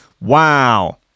Wow